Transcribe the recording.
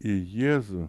į jėzų